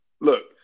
look